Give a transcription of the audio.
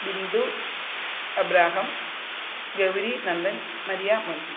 Bindu Abraham Gauri Nandan Maria മൊൻസിക്ക്